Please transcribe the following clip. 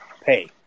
pay